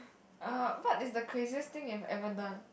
uh what is the craziest thing you have ever done